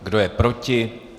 Kdo je proti?